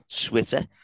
Twitter